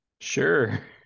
sure